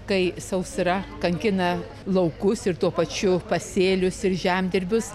kai sausra kankina laukus ir tuo pačiu pasėlius ir žemdirbius